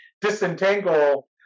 disentangle